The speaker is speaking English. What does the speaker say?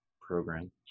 program